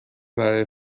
برای